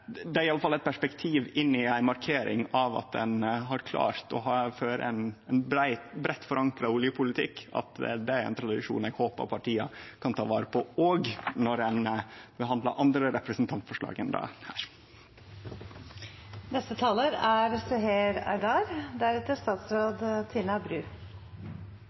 Det er i alle fall eit perspektiv inn i ei markering av at ein har klart å føre ein breitt forankra oljepolitikk. Det er ein tradisjon eg håpar partia kan ta vare på òg når ein behandlar andre representantforslag